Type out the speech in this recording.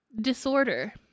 Disorder